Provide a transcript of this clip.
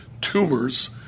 tumors